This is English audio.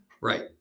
right